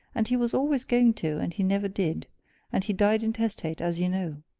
and he was always going to, and he never did and he died intestate, as you know.